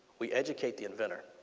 we educate the inventor.